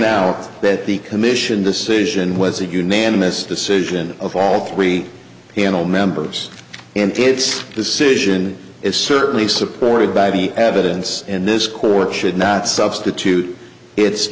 out that the commission decision was a unanimous decision of all three and all members and its decision is certainly supported by the evidence in this court should not substitute it